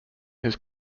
his